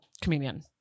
comedian